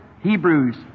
Hebrews